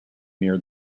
near